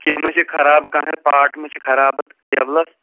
کیٚنٛہہ ما چھِ خراب کانٛہہ پارٹ ما چھِ خراب اَتھ ٹیبلَس